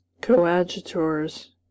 coadjutors